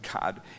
God